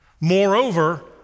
Moreover